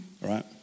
right